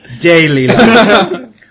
Daily